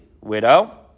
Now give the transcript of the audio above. widow